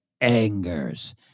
angers